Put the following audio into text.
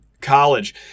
college